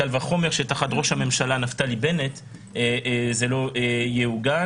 קל וחומר שתחת ראש הממשלה נפתלי בנט זה לא יעוגן.